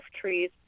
trees